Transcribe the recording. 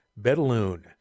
Bedaloon